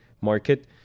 market